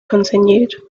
continued